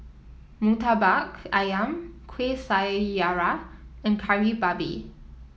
murtabak ayam Kuih Syara and Kari Babi